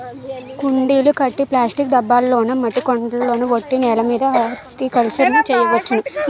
కుండీలు కట్టి ప్లాస్టిక్ డబ్బాల్లోనా మట్టి కొండల్లోన ఒట్టి నేలమీద హార్టికల్చర్ ను చెయ్యొచ్చును